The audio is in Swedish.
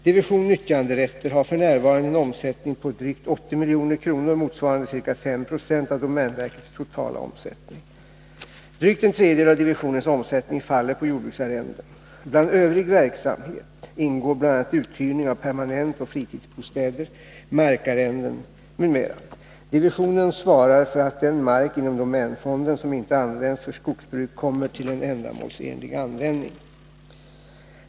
Division nyttjanderätter har f. n. en omsättning på drygt 80 milj.kr., motsvarande ca 5 96 av domänverkets totala omsättning. Drygt en tredjedel av divisionens omsättning faller på jordbruksarrenden. Bland övrig verksamhet ingår bl.a. uthyrning av permanentoch fritidsbostäder, markarrenden m.m. Divisionen svarar för att den mark inom domänfonden som inte används för skogsbruk kommer till en ändamålsenlig användning.